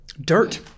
dirt